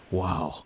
wow